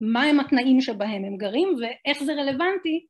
מה הם התנאים שבהם הם גרים, ואיך זה רלוונטי